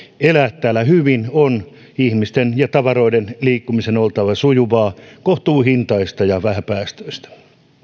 elää täällä hyvin on ihmisten ja tavaroiden liikkumisen oltava sujuvaa kohtuuhintaista ja vähäpäästöistä